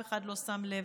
אף אחד לא שם לב.